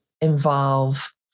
involve